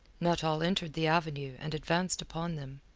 nuttall entered the avenue and advanced upon them.